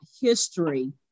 history